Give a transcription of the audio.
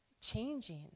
changing